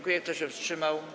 Kto się wstrzymał?